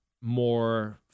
more